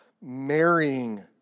Marrying